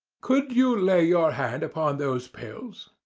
could you lay your hand upon those pills?